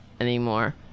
anymore